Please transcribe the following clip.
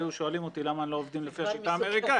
היו שואלים אותי למה אנחנו לא עובדים לפי השיטה האמריקאית,